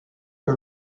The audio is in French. que